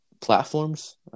platforms